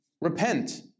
Repent